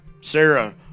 Sarah